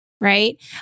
right